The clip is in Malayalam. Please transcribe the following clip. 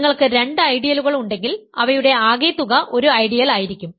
നിങ്ങൾക്ക് രണ്ട് ഐഡിയലുകൾ ഉണ്ടെങ്കിൽ അവയുടെ ആകെത്തുക ഒരു ഐഡിയൽ ആയിരിക്കും